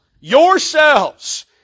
yourselves